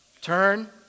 turn